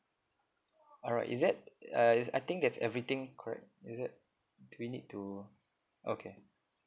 alright is it uh is I think that's everything correct is it we need to okay